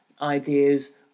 Ideas